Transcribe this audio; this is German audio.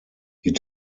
die